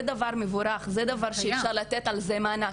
זה דבר מבורך, וזה דבר שאפשר לתת עליו מענק.